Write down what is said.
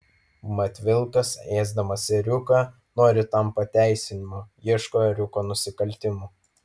mat vilkas ėsdamas ėriuką nori tam pateisinimo ieško ėriuko nusikaltimų